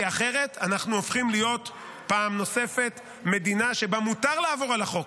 אחרת פעם נוספת אנחנו הופכים להיות מדינה שבה מותר לעבור על החוק.